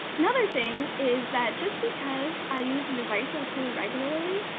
another thing is that just because i use a device or tool regularly,